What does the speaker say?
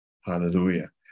Hallelujah